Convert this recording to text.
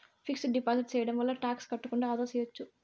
fixed deposit సేయడం వల్ల tax కట్టకుండా ఆదా సేయచ్చు